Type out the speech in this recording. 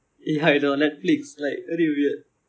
eh ya is on netflix like very weird